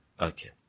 okay